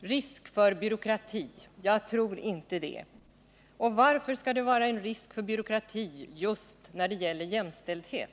Risk för byråkrati, jag tror inte det. Varför skall det vara risk för byråkrati just när det gäller jämställdhet?